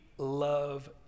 love